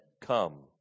come